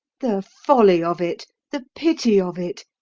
the folly of it! the pity of it!